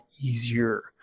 easier